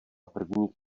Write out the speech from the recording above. první